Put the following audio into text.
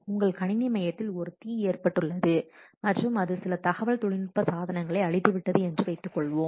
உங்கள் கணினி மையத்தில் ஒரு தீ ஏற்பட்டுள்ளது மற்றும் அது சில தகவல் தொழில்நுட்ப சாதனங்களை அழித்துவிட்டது என்று வைத்துக்கொள்வோம்